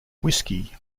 whiskey